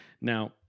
Now